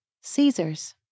Caesar's